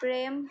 প্রেম